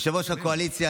יושב-ראש הקואליציה,